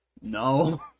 No